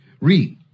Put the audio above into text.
Read